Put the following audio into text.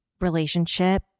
relationship